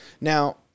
Now